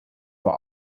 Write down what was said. vor